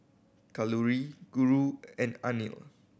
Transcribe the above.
Kalluri Guru and Anil